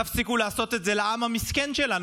תפסיקו לעשות את זה לעם המסכן שלנו.